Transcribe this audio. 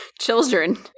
Children